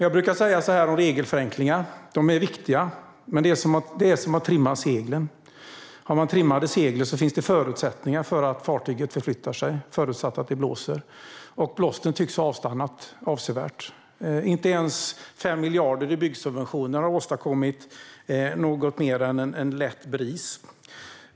Jag brukar säga så här om regelförenklingar: De är viktiga, men det är som att trimma seglen. Har man trimmade segel finns det förutsättningar för att fartyget förflyttar sig, förutsatt att det blåser. Blåsten tycks ha avstannat avsevärt. Inte ens 5 miljarder i byggsubventioner har åstadkommit något mer än en lätt bris.